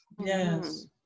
Yes